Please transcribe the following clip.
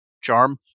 charm